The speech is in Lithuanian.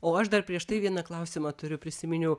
o aš dar prieš tai vieną klausimą turiu prisiminiau